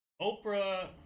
Oprah